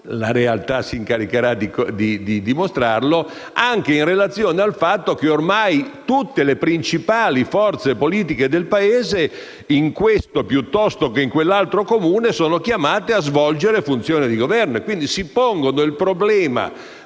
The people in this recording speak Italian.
la realtà si incaricherà di dimostrarlo - con il fatto che ormai tutte le principali forze politiche del Paese, in questo piuttosto che in quell'altro Comune, sono chiamate a svolgere funzioni di Governo e quindi si pongono il problema